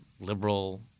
liberal